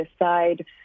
decide